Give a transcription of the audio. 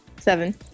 Seven